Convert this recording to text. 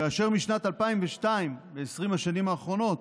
כאשר משנת 2002, ב-20 השנים האחרונות,